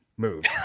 move